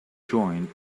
joint